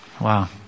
Wow